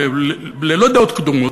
וללא דעות קדומות,